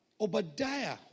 Obadiah